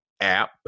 app